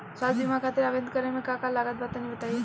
स्वास्थ्य बीमा खातिर आवेदन करे मे का का लागत बा तनि बताई?